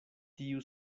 tiu